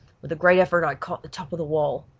with a great effort i caught the top of the wall.